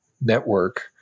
network